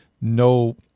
no